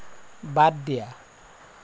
বাদ দিয়া